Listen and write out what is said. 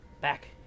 back